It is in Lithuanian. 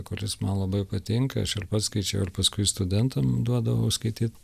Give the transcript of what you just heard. kuris man labai patinka aš ir pats skaičiau ir paskui studentam duodavau skaityt